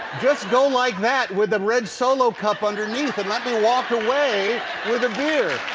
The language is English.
just go like that with a red solo cup underneath, and let me walk away with a beer.